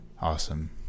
Awesome